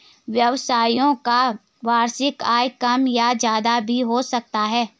व्यवसायियों का वार्षिक आय कम या ज्यादा भी हो सकता है